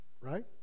right